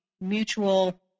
mutual